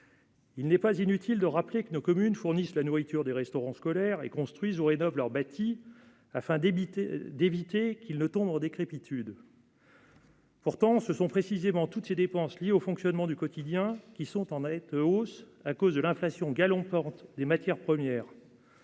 Il n'est pas inutile de rappeler que nos communes fournissent la nourriture des restaurants scolaires et construisent ou rénovent leur afin d'éviter d'éviter qu'ils ne tombent en décrépitude. Pourtant, ce sont précisément toutes ces dépenses liées au fonctionnement du quotidien qui sont en nette hausse à cause de l'inflation galopante des matières premières.